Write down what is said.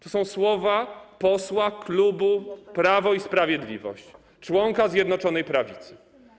To są słowa posła klubu Prawo i Sprawiedliwość, członka Zjednoczonej Prawicy.